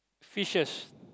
fishes